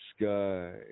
sky